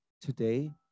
today